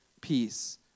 peace